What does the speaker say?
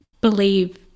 believe